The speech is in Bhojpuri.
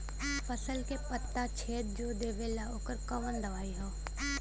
फसल के पत्ता छेद जो देवेला ओकर कवन दवाई ह?